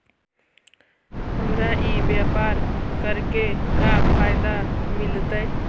हमरा ई व्यापार करके का फायदा मिलतइ?